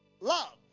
love